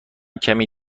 کمی